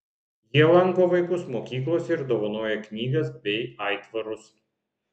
jie lanko vaikus mokyklose ir dovanoja knygas bei aitvarus